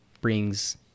brings